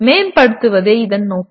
மேம்படுத்துவதே இதன் நோக்கம்